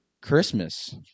Christmas